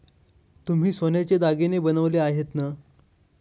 तुम्ही सोन्याचे दागिने बनवले आहेत ना?